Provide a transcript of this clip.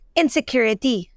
insecurity